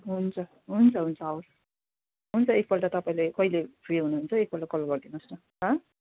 हुन्छ हुन्छ हुन्छ हवस् हुन्छ एकपल्ट तपाईँले कहिले फ्री हुनुहुन्छ एकपल्ट कल गरिदिनु होस् न ल